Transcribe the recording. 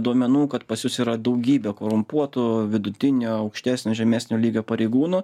duomenų kad pas jus yra daugybė korumpuotų vidutinio aukštesnio žemesnio lygio pareigūnų